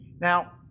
Now